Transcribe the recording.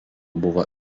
buvo